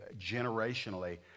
generationally